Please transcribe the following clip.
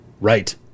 right